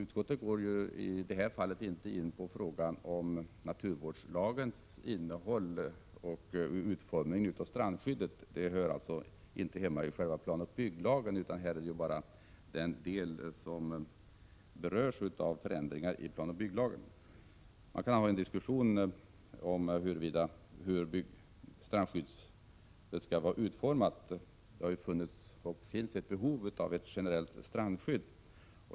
Utskottet går inte i det här fallet in på frågan om naturvårdslagens innehåll och utformning av strandskyddet; den hör inte hemma i planoch bygglagen. Här är det bara fråga om den del som berörs av förändringar i planoch bygglagen. Man kan ha en diskussion om hur strandskyddet skall vara utformat. Det har funnits och finns ett behov av ett generellt strandskydd.